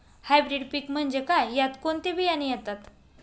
Hybrid पीक म्हणजे काय? यात कोणते बियाणे येतात?